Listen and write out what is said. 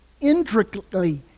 intricately